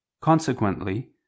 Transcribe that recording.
Consequently